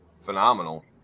phenomenal